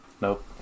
Nope